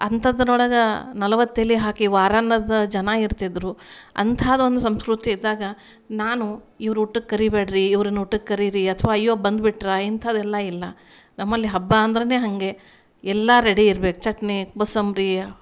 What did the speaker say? ಅಂಥದ್ರೊಳಗೆ ನಲ್ವತ್ತು ಎಲೆ ಹಾಕಿ ವಾರನ್ನದ ಜನ ಇರ್ತಿದ್ರು ಅಂಥದ್ದೊಂದು ಸಂಸ್ಕೃತಿ ಇದ್ದಾಗ ನಾನು ಇವ್ರು ಊಟಕ್ಕೆ ಕರಿಬೇಡ್ರಿ ಇವ್ರನ್ನ ಊಟಕ್ಕೆ ಕರೀರಿ ಅಥವಾ ಅಯ್ಯೋ ಬಂದ್ಬಿಟ್ರ ಇಂಥದೆಲ್ಲಾ ಇಲ್ಲ ನಮ್ಮಲ್ಲಿ ಹಬ್ಬ ಅಂದ್ರೆಯೇ ಹಂಗೆ ಎಲ್ಲ ರೆಡಿ ಇರ್ಬೇಕು ಚಟ್ನಿ ಕೊಸಂಬರಿ